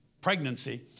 pregnancy